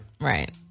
Right